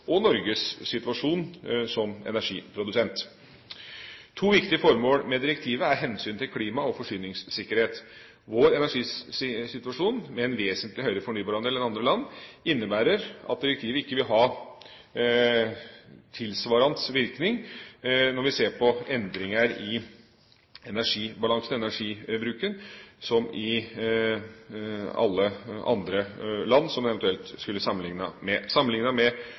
og Norges situasjon som energiprodusent. To viktige formål med direktivet er hensynet til klima og forsyningssikkerhet. Vår energisituasjon, med en vesentlig høyere fornybarandel enn andre land, innebærer at direktivet ikke vil ha tilsvarende virkning når vi ser på endringer i energibalansen – energibruken – i alle andre land som vi eventuelt skulle bli sammenliknet med. Sammenliknet med